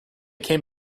came